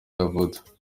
yavutse